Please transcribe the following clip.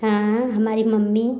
हाँ हमारी मम्मी